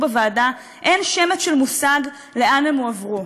בוועדה אין שמץ של מושג לאן הם הועברו.